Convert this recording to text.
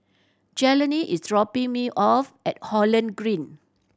Jelani is dropping me off at Holland Green